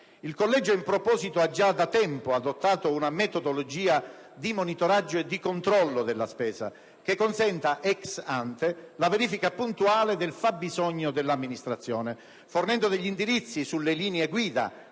il Collegio ha già da tempo adottato una metodologia di monitoraggio e di controllo della spesa che consenta, *ex ante*, la verifica puntuale del fabbisogno dell'amministrazione (fornendo degli indirizzi sulle linee guida